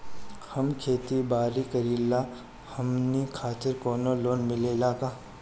हम खेती बारी करिला हमनि खातिर कउनो लोन मिले ला का?